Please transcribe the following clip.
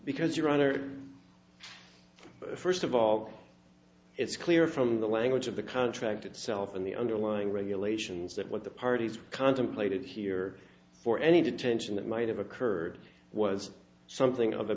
because your honor first of all it's clear from the language of the contract itself and the underlying regulations that what the parties contemplated here for any detention that might have occurred was something of a